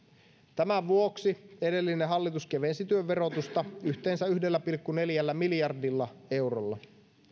tämän vuoksi edellinen hallitus kevensi työn verotusta yhteensä yhdellä pilkku neljällä miljardilla eurolla